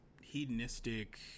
hedonistic